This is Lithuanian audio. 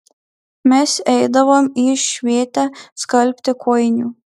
mes eidavom į švėtę skalbti kojinių